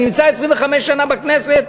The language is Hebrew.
אני נמצא 25 שנה בכנסת,